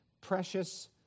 precious